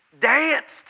danced